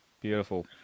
Beautiful